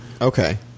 Okay